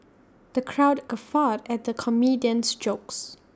the crowd guffawed at the comedian's jokes